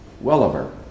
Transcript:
Welliver